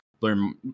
learn